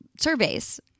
surveys